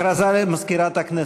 תוסיף אותי.